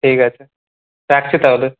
ঠিক আছে রাখছি তাহলে